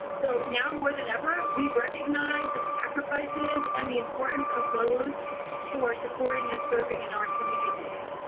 so. now, more than ever we recognized the sacrifices and the importance of those who are supporting and serving in our communities.